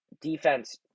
defense